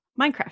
minecraft